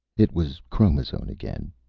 it was chromazone again.